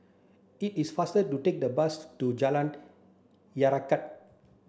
it is faster to take the bus to Jalan